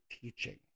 teaching